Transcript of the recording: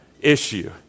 issue